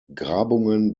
grabungen